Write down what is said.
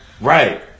right